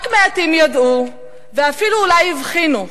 רק מעטים ידעו, ואפילו אולי הבחינו,